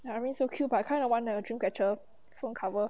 I mean so cute but I kind of want a dream catcher phone cover